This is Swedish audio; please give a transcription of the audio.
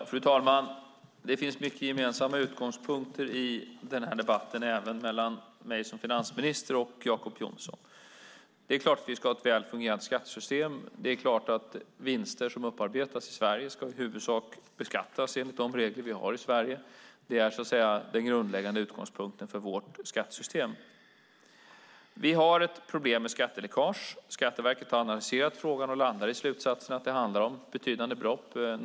Fru talman! Det finns många gemensamma utgångspunkter i denna debatt för mig som finansminister och för Jacob Johnson. Det är klart att vi ska ha ett väl fungerande skattesystem, och det är klart att vinster som upparbetas i Sverige i huvudsak ska beskattas enligt de regler som vi har i Sverige. Det är så att säga den grundläggande utgångspunkten för vårt skattesystem. Vi har ett problem med skatteläckage. Skatteverket har analyserat frågan och landar i slutsatsen att det handlar om betydande brott.